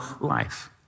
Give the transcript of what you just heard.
life